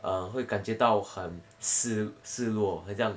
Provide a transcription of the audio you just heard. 嗯会感觉到很失失落很像